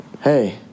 hey